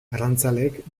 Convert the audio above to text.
arrantzaleek